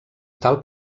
tal